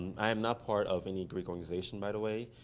i am not part of any greek organization, by the way,